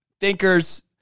thinkers